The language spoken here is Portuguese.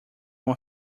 uma